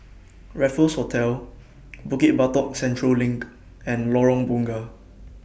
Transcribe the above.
Raffles Hotel Bukit Batok Central LINK and Lorong Bunga